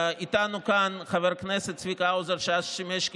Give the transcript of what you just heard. של חבר הכנסת שלמה קרעי.